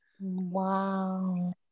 Wow